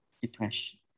depression